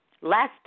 last